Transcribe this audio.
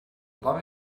love